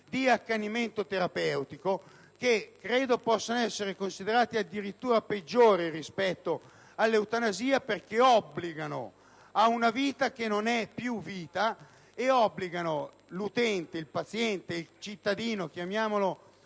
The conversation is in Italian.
di accanimento terapeutico che credo possano essere considerati addirittura peggiori rispetto all'eutanasia, perché obbligano ad una vita che non è più vita e costringono l'utente, il paziente, il cittadino - chiamiamolo